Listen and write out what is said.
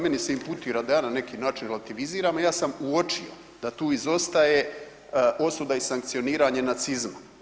Meni se imputira da ja na neki način relativiziram, a ja sam uočio da tu izostaje osuda i sankcioniranje nacizma.